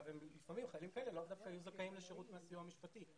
לפעמים חיילים כאלה לאו דווקא יהיו זכאים לשירות מהסיוע המשפטיט.